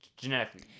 genetically